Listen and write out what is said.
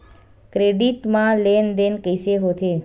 Credit मा लेन देन कइसे होथे?